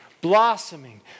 blossoming